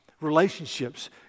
relationships